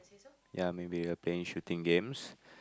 ya maybe we're playing shooting games